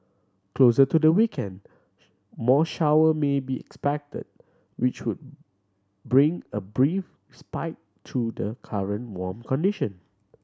closer to the weekend more shower may be expected which would bring a brief spite to the current warm condition